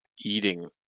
eating